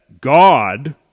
God